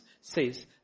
says